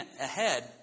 ahead